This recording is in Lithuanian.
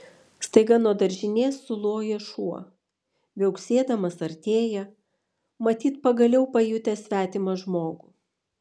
staiga nuo daržinės suloja šuo viauksėdamas artėja matyt pagaliau pajutęs svetimą žmogų